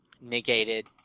negated